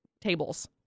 tables